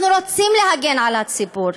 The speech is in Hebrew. אנחנו רוצים להגן על הציבור.